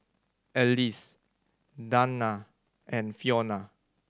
Alease Dayna and Fiona